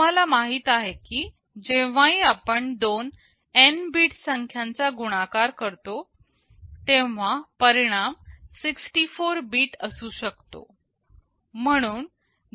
तुम्हाला माहित आहे कि जेव्हाही आपण दोन n बीट संख्या चा गुणाकार करतो तेव्हा परिणाम 64 बीट असू शकतो